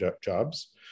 jobs